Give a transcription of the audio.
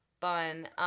fun